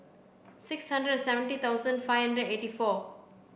six hundred seventy thousand five and eighty four